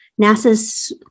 NASA's